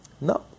No